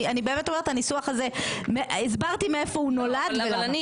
אני באמת אומרת, הסברתי מאיפה הוא נולד ולמה.